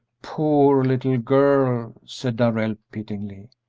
poor little girl! said darrell, pityingly.